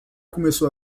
começou